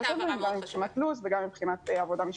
להתחשב בהם מבחינת לוח הזמנים וגם מבחינת עבודה משפטית.